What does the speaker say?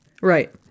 Right